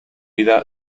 vida